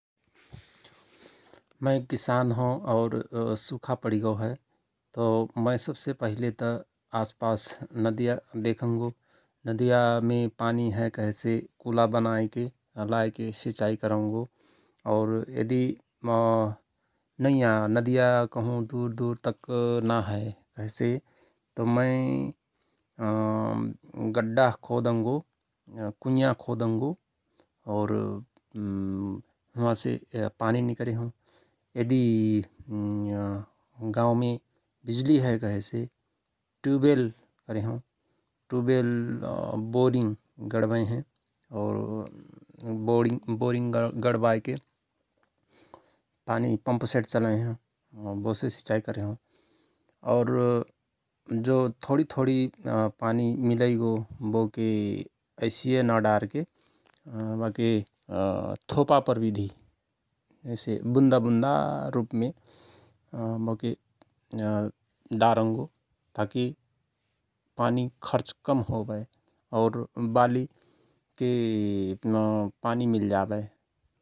किसान हओं और सुखा पणिगओ हय तओ मय सवसे पहिले त आसपास नदिया देखंगो । नदियामे पानी हय कहेसे कुला बनायके सिचाई करंगो और यदि नैया नदिया कहुं दुर दुर तक ना हय कहेसे मय गड्डा खोदंगो कुईंया खोदंगो और हुआसे पानी निकरेहओं । यदि गाओंमे विजुली हय कहेसे ट्युबेल करेहओं । ट्युबेल बोरिङ गडबयहयं और बोणिङ बोरिङ गडबाएके पानी पम्पसेट चलयहयं बोसे सिचाई करेहयं । और जो थोणी थोणी पानी मिलैगो बोके ऐसिय ना डारके बाके थोपा प्रविधि ऐसे बुन्दा बुन्दा रुपमे बके डारङगो । ताकि पानी खर्च कम होवय और बाली के पानी मिल्जाबय ।